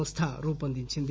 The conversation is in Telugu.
సంస్థ రూపొందించింది